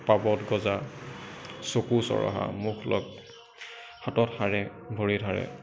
পাবত গজা চকু চৰহা মুখ লগ হাতত সাৰে ভৰিত সাৰে